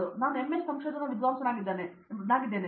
ಹಾಗಾಗಿ ನಾನು ಎಂಎಸ್ ಸಂಶೋಧನಾ ವಿದ್ವಾಂಸನಾಗಿದ್ದೇನೆ